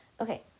Okay